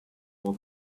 for